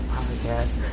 podcast